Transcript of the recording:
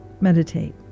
meditate